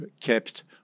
kept